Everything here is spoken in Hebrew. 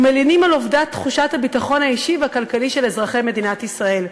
ומלינים על אובדן תחושת הביטחון האישי והכלכלי של אזרחי מדינת ישראל.